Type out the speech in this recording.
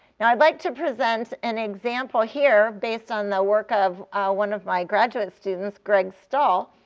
now i'd like to present an example here, based on the work of one of my graduate students, greg stull,